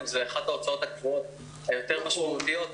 זה אחת ההוצאות הקבועות היותר משמעותיות,